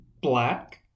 black